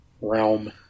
Realm